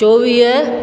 चोवीह